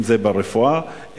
אם ברפואה,